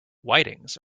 whitings